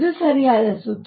ಇದು ಸರಿಯಾದ ಸೂತ್ರ